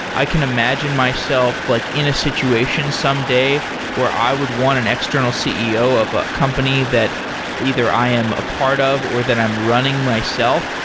i can imagine myself like in a situation someday where i would want an external ceo of a company that either i am a part of or that i'm running myself,